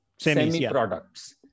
Semi-products